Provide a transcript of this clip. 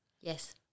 Yes